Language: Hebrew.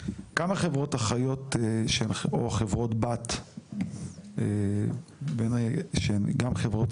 כמה חברות אחיות או חברות בת שהן גם חברות